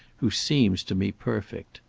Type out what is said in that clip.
who seems to me perfect.